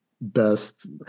best